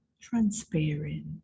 transparent